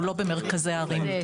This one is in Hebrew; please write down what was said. הוא לא במרכזי הערים.